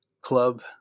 club